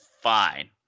fine